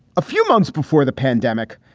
a few months before the pandemic.